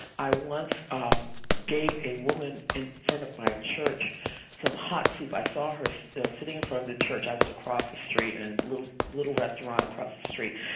i once um gave a woman in front of my church some hot soup. i saw her sitting in front of the church. i was across the street in a little restaurant across the street.